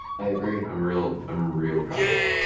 i agree. i'm real um real proud of her.